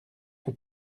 que